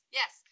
yes